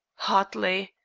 hartley,